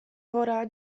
wora